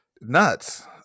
nuts